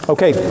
Okay